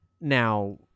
Now